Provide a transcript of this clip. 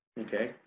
Okay